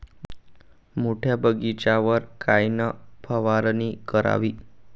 मोठ्या बगीचावर कायन फवारनी करावी?